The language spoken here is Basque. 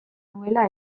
nuela